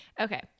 okay